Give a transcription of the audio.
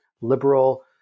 liberal